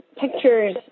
pictures